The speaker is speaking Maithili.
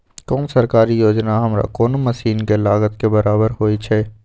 कोन सरकारी योजना हमरा कोनो मसीन के लागत के बराबर होय छै?